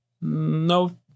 no